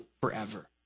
forever